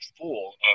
full